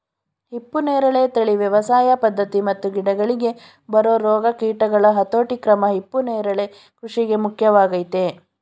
ಹಿಪ್ಪುನೇರಳೆ ತಳಿ ವ್ಯವಸಾಯ ಪದ್ಧತಿ ಮತ್ತು ಗಿಡಗಳಿಗೆ ಬರೊ ರೋಗ ಕೀಟಗಳ ಹತೋಟಿಕ್ರಮ ಹಿಪ್ಪುನರಳೆ ಕೃಷಿಗೆ ಮುಖ್ಯವಾಗಯ್ತೆ